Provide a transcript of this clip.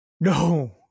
No